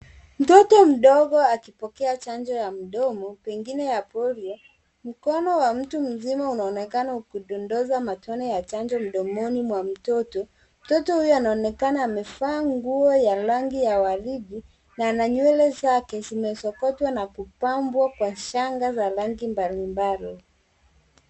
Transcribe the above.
Mtoto mdogo akipokea chanjo ya mdomo pengine ya polio. Mkono wa mtu mzima unaonekana ukidondosha matone ya chanjo mdomoni mwa mtoto. Mtoto huyo anaonekana amevaa nguo ya rangi ya waridi na ana nywele zake zimesokotwa na kupambwa kwa shanga za rangi mbalimbali.